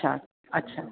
अच्छा अच्छा